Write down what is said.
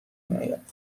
میآید